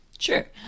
Sure